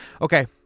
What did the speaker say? Okay